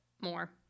more